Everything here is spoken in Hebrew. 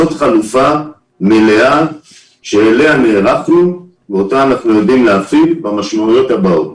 זו חלופה מלאה שאליה נערכנו ואותה אנחנו יודעים להפעיל במשמעויות הבאות.